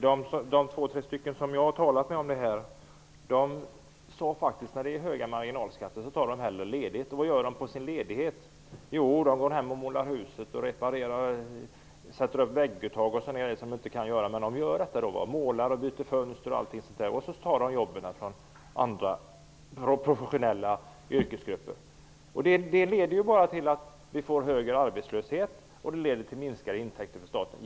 De två tre stycken som jag har talat med om detta sade faktiskt att när det är höga marginalskatter tar de hellre ledigt. Vad gör de under sin ledighet? Jo, de målar huset, sätter upp vägguttag och gör sådana saker som de egentligen inte kan göra. Men de gör dem ändå; de målar, byter fönster och gör allting sådant. De tar jobben från professionella yrkesgrupper. Det leder bara till att vi får högre arbetslöshet. Höga marginalskatter leder till minskade intäkter för staten.